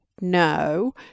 no